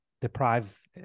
deprives